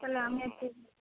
তাহলে আমি আর তুই